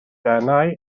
denau